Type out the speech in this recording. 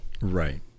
Right